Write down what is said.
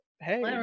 hey